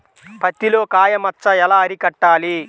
పత్తిలో కాయ మచ్చ ఎలా అరికట్టాలి?